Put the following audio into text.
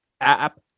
app